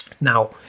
Now